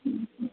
ହୁଁ ହୁଁ